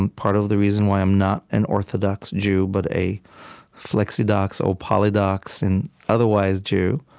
and part of the reason why i'm not an orthodox jew but a flexidox or polydox and otherwise-jew,